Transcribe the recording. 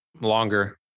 Longer